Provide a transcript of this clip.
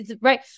right